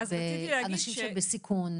אנשים שהם בסיכון,